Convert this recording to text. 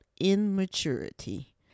immaturity